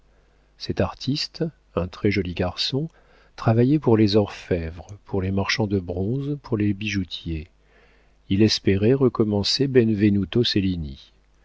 cet artiste un très joli garçon travaillait pour les orfévres pour les marchands de bronze pour les bijoutiers il espérait recommencer